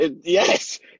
Yes